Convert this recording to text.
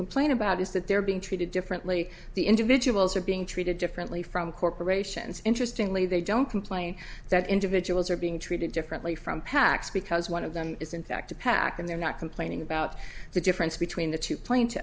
complain about is that they're being treated differently the individuals are being treated differently from corporations interesting lee they don't complain that individuals are being treated differently from pacs because one of them is in fact a pac and they're not complaining about the difference between the two p